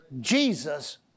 Jesus